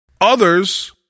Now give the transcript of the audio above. Others